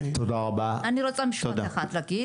אני רוצה משפט אחד להגיד.